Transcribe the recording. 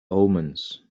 omens